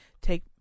take